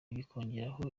bikiyongeraho